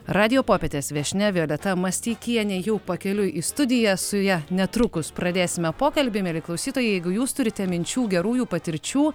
radijo popietės viešnia violeta masteikienė jau pakeliui į studiją su ja netrukus pradėsime pokalbį mieli klausytojai jeigu jūs turite minčių gerųjų patirčių